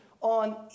on